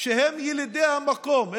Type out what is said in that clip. שהם ילידי המקום,